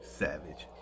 savage